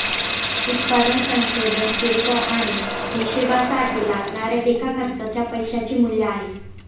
उत्पादन संशोधन किरकोळ आणि हीशेबासाठी लागणाऱ्या एका खर्चाच्या पैशाचे मूल्य आहे